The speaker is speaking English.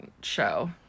show